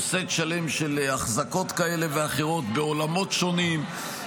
סט שלם של החזקות כאלה ואחרות בעולמות שונים,